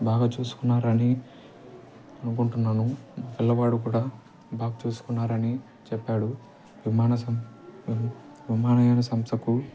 బాగా చూసుకున్నారని అనుకుంటున్నాను పిల్లవాడు కూడా బాగా చూసుకున్నారని చెప్పాడు విమాన వి విమానయాన సంస్థకు